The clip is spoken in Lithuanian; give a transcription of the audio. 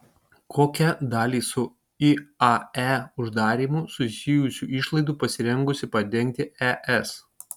kokią dalį su iae uždarymu susijusių išlaidų pasirengusi padengti es